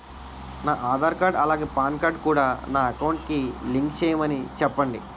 నా ఆధార్ కార్డ్ అలాగే PAN card కూడా నా అకౌంట్ కి లింక్ చేయమని చెప్పండి